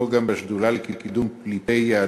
וגם בשדולה לקידום הטיפול בנושא